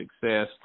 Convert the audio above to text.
success